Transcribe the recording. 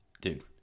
Dude